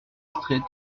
strette